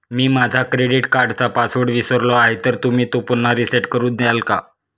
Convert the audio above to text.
मी माझा क्रेडिट कार्डचा पासवर्ड विसरलो आहे तर तुम्ही तो पुन्हा रीसेट करून द्याल का?